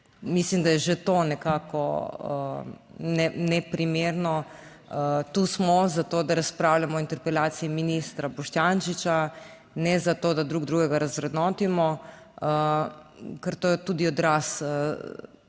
mislim, da je že to nekako neprimerno, tu smo za to, da razpravljamo o interpelaciji ministra Boštjančiča, ne za to, da drug drugega razvrednotimo. Ker to je tudi odraz,